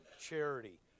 charity